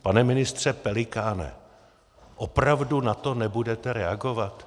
Pane ministře Pelikáne, opravdu na to nebudete reagovat?